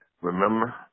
Remember